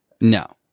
No